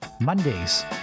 Mondays